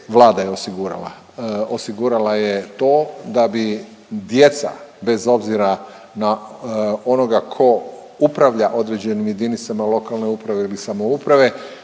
Vlada je osigurala je to da bi djeca bez obzira na onoga ko upravlja određenim jedinicama lokalne uprave ili samouprave